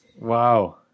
Wow